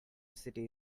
city